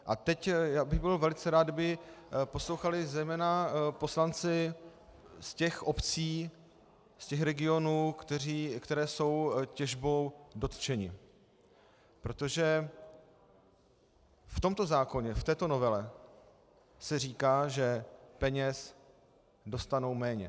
A teď bych byl velice rád, kdyby poslouchali zejména poslanci z těch obcí, z těch regionů, které jsou těžbou dotčeny, protože v tomto zákoně, v této novele se říká, že peněz dostanou méně.